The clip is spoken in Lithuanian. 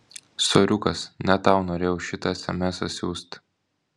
soriukas ne tau norėjau šitą esemesą siųst